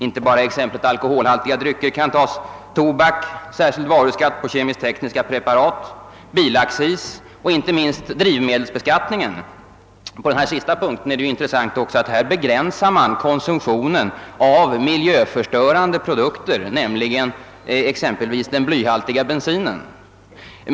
Inte bara alkoholhaltiga drycker kan anföras som exempel — skatten på tobak, den särskilda varuskatten på kemisk-tekniska preparat, bilaccisen och inte minst drivmedelsbeskattningen hör också till bilden, Vad den sistnämnda beskattningen beträffar är det intressant att den begränsar konsumtionen av miljöförstörande produkter, exempelvis den blyhaltiga bensinen.